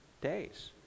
days